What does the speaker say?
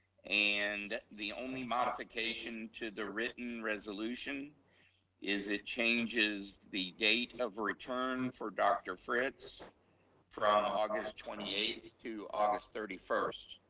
and the only modification to the written resolution is it changes the date of return for dr. fritz from august twenty eighth to august thirty first,